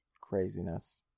Craziness